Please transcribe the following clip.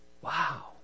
Wow